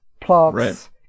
plants